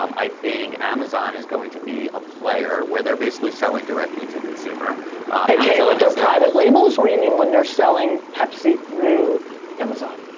um i think amazon is going to be a player where they're basically selling directly to consumer aka with their private labels or i mean when they're selling pepsi through amazon?